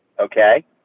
Okay